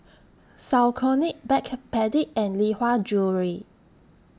Saucony Backpedic and Lee Hwa Jewellery